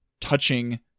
touching